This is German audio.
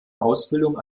ausbildung